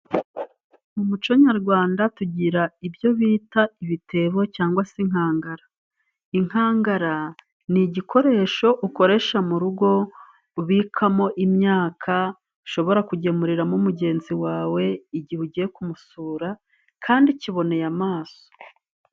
Mu muco nyarwanda tugira ibyo bita ibitebo cyangwa se inkangara. inkangara ni igikoresho ukoresha mu rugo ubikamo imyaka, ushobora kugemuriramo mugenzi wawe igihe ugiye kumusura kandi kiboneye amaso.